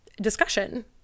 discussion